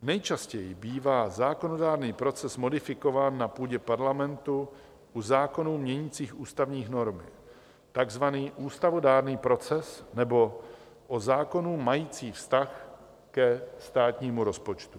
Nejčastěji bývá zákonodárný proces modifikován na půdě parlamentu u zákonů měnících ústavní normy, takzvaný ústavodárný proces, nebo u zákonů majících vztah ke státnímu rozpočtu.